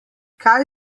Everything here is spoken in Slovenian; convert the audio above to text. kaj